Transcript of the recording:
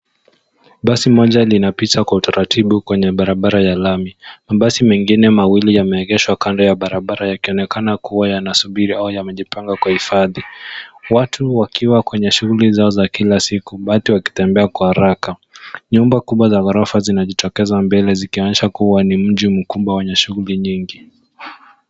Basi moja linapita kwa utaratibu kwenye barabara ya lami. Mabasi mengine mawili yameegeshwa kando ya barabara yakionekana kuwa yanasubiri au yamejipanga kwa hifadhi. Watu wakiwa kwenye shughuli zao za kila siku baadhi wakitembea kwa haraka. Nyumba kubwa za gorofa zinajitokeza mbele zikionyesha kuwa ni mji mkubwa wenye shughuli nyingi.